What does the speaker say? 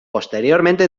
posteriormente